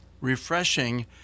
refreshing